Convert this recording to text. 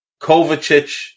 Kovacic